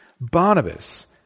Barnabas